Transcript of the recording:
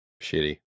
shitty